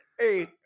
Hey